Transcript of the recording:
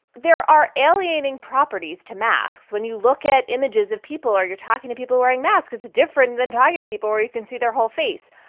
there are elevating properties to masks. when you look at images of people are you're talking to people wearing masks. it's different than talking to people or you can see their whole face.